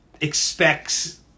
expects